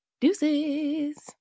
deuces